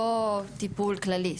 לא טיפול כללי.